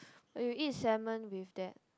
but you eat salmon with that